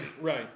Right